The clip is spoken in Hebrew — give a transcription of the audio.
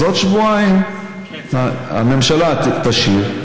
אז בעוד שבועיים הממשלה תשיב,